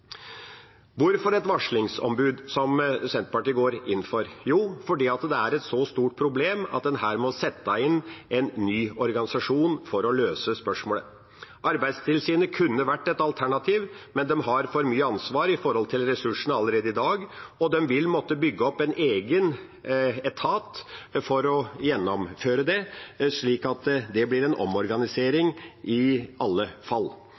Hvorfor et varslingsombud, som Senterpartiet går inn for? Jo, fordi det er et så stort problem at en her må sette inn en ny organisasjon for å løse spørsmålet. Arbeidstilsynet kunne vært et alternativ, men de har for mye ansvar i forhold til ressurser allerede i dag, og de vil måtte bygge opp en egen etat for å gjennomføre det, slik at det blir en omorganisering i alle fall.